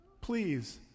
Please